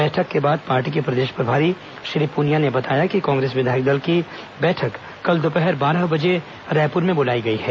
बैठक के बाद पार्टी के प्रदेश प्रभारी श्री पुनिया ने बताया कि कांग्रेस विधायक दल की बैठक कल दोपहर बारह बजे रायपुर में बुलाई गई है